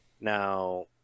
now